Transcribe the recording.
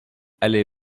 allée